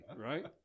right